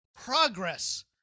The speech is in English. progress